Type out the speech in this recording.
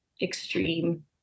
extreme